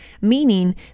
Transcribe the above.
meaning